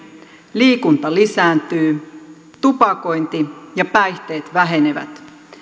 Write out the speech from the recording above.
liikunta lisääntyy tupakointi ja päihteet vähenevät